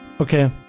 Okay